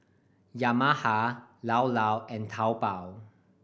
Yamaha Llao Llao and Taobao